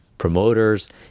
promoters